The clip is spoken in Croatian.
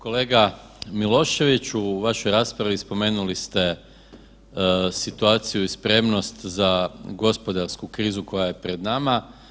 Kolega Miloševiću, u vašoj raspravi spomenuli ste situaciju i spremnost za gospodarsku krizu koja je pred nama.